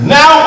Now